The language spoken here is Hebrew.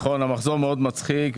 נכון, המחזור מאוד מצחיק.